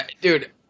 dude